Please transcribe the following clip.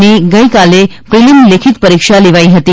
ની ગઇકાલે પ્રિલીમ લેખિત પરીક્ષા લેવાઇ હતી